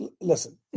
listen